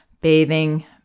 bathing